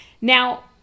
Now